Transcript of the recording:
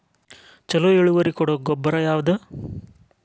ಛಲೋ ಇಳುವರಿ ಕೊಡೊ ಗೊಬ್ಬರ ಯಾವ್ದ್?